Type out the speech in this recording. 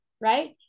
right